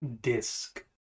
disc